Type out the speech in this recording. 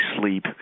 sleep